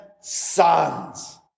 sons